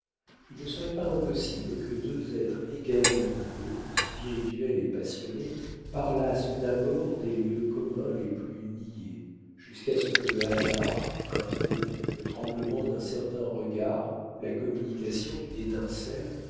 il ne serait pas impossible que deux êtres également beaux spirituels et passionnés parlassent d'abord des lieux communs les plus niais jusqu'à ce que le hasard un mot le tremblement d'un certain regard la communication d'une étincelle